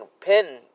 pin